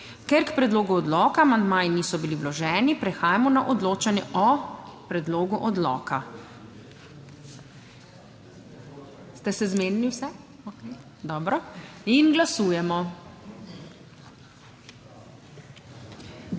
Ker k predlogu odloka amandmaji niso bili vloženi, prehajamo na odločanje o predlogu odloka. Ste se zmenili vse. Okej. Dobro. Glasujemo.